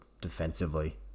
defensively